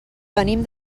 venim